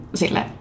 sille